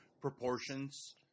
proportions